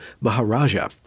Maharaja